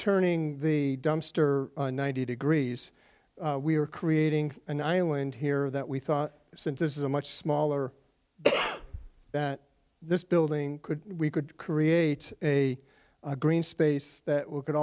turning the dumpster on ninety degrees we are creating an island here that we thought since this is a much smaller that this building could we could create a green space that we could